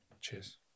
Cheers